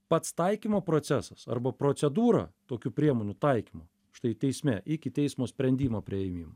pats taikymo procesas arba procedūra tokių priemonių taikymo štai teisme iki teismo sprendimo priėmimo